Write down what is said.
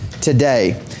today